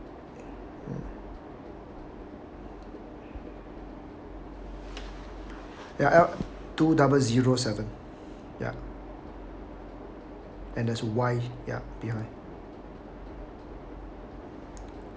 ya L two double zero seven ya and there's Y ya behind